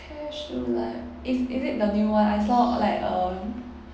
cash roulette is is it the new one I saw like um